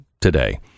today